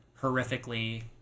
horrifically